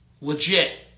Legit